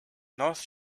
north